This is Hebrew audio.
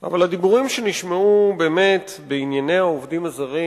הדיבורים שנשמעו בענייני העובדים הזרים,